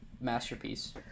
masterpiece